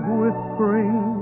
whispering